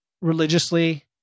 religiously